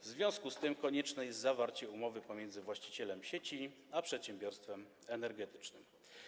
W związku z tym konieczne jest zawarcie umowy pomiędzy właścicielem sieci a przedsiębiorstwem energetycznym.